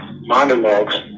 monologues